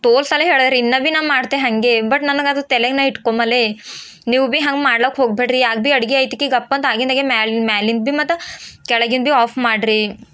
ತೋಲ್ ಸಲ ಹೇಳ್ಯಾರ್ರಿ ಇನ್ನೂ ಭೀ ನಾನು ಮಾಡ್ತೆ ಹಾಗೆ ಬಟ್ ನನಗದು ತಲೆಯೇ ಇಟ್ಕೊಮಲೇ ನೀವು ಭೀ ಹಂಗೆ ಮಾಡ್ಲಿಕ್ಕೆ ಹೋಗಬೇಡ್ರಿ ಯಾವಾಗ್ಬೀ ಅಡುಗೆ ಆಯ್ತು ಕಿ ಗಪ್ಪಂತ ಆಗಿಂದಾಗೆ ಮೇಲೆ ಮೇಲಿಂದ ಭೀ ಮತ್ತು ಕೆಳಗಿಂದ ಭೀ ಆಫ್ ಮಾಡಿರಿ